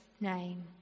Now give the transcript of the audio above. name